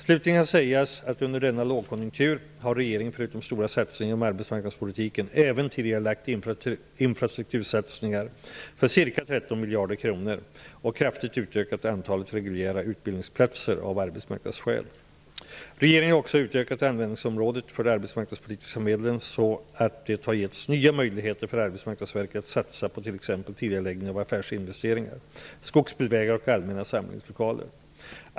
Slutligen kan sägas att under denna lågkonjunktur har regeringen förutom stora satsningar inom arbetsmarknadspolitiken även tidigarelagt infrastruktursatsningar för ca 13 miljarder kronor och kraftigt utökat antalet reguljära utbildningsplatser av arbetsmarknadsskäl. Regeringen har också utökat användningsområdet för de arbetsmarknadspolitiska medlen så att det har getts nya möjligheter för Arbetsmarknadsverket att satsa på t.ex. tidigareläggning av affärsverksinvesteringar, skogsbilvägar och allmänna samlingslokaler.